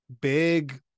big